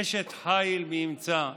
אשת חיל מי ימצא.